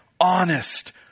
honest